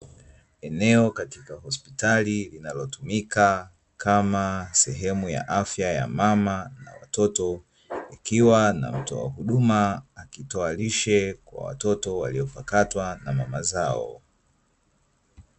Eneo katika hospitali linalotumika kama sehemu ya afya ya mama na watoto, ikiwa na mtoa huduma akitoa lishe kwa watoto waliopakatwa na mama zao.